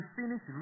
finish